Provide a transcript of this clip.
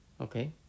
Okay